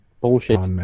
Bullshit